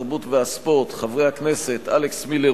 התרבות והספורט חברי הכנסת אלכס מילר,